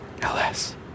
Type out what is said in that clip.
LS